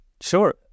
Sure